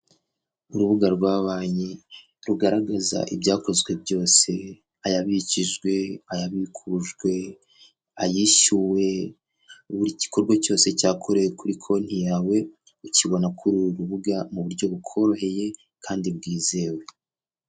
Urubuga rwa banki rugaragaza ibyakozwe byose: ayabikijwe, ayabikujwe, ayishyuwe, buri gikorwa cyose cyakorewe kuri konti yawe ukibona kuri uru rubuga mu buryo bukoroheye kandi bwizewe.